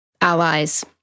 allies